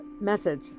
message